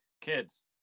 kids